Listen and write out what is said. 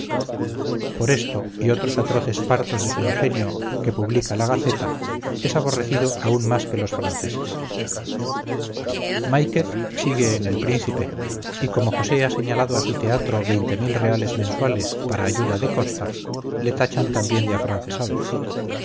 por esto y otros atroces partos de su ingenio que publica la gaceta es aborrecido aún más que los franceses máiquez sigue en el príncipe y como josé ha señalado a su teatro reales mensuales para ayuda de costa le tachan también de afrancesado